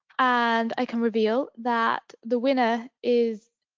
and i can reveal that the winner is,